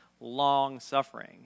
long-suffering